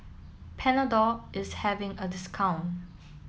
Panadol is having a discount